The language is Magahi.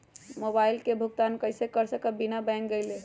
मोबाईल के भुगतान कईसे कर सकब बिना बैंक गईले?